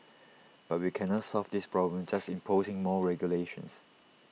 but we cannot solve this problem just imposing more regulations